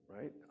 right